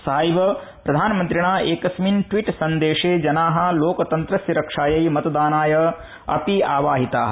सहैव प्रधानमंत्रिणा एकस्मिन् ट्वीट संदेशे जना लोकतंत्रस्य रक्षायै मतदानाय अपि आवाहिता